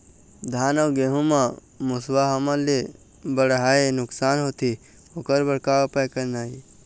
धान अउ गेहूं म मुसवा हमन ले बड़हाए नुकसान होथे ओकर बर का उपाय करना ये?